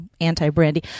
anti-Brandy